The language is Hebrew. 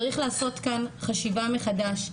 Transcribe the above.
צריך לעשות כאן חשיבה מחדש,